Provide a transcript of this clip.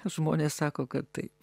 žmonės sako kad taip